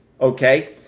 okay